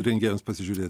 rengėjams pasižiūrėt